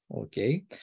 Okay